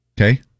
Okay